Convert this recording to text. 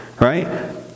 right